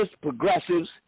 progressives